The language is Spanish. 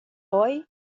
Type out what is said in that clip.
hoy